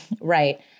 Right